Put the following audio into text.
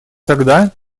тогда